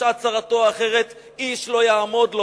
בשעת צרתו האחרת איש לא יעמוד לו,